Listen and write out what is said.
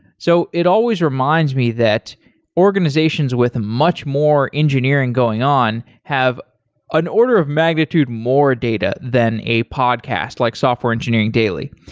so it always reminds me that organizations with much more engineering going on have an order of magnitude more data, than a podcast like software engineering daily.